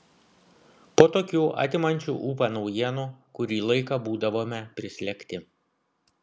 po tokių atimančių ūpą naujienų kurį laiką būdavome prislėgti